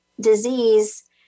disease